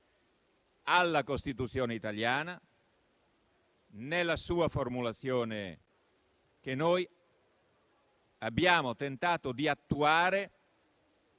alla Costituzione italiana nella formulazione che noi abbiamo tentato di attuare